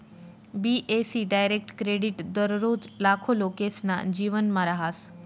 बी.ए.सी direct credit दररोज लाखो लोकेसना जीवनमा रहास